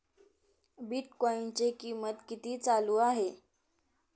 बिटकॉइनचे कीमत किती चालू आहे